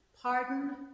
pardon